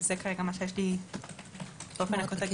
זה כרגע מה שיש לי באופן עקרוני.